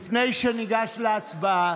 לפני שניגש להצבעה,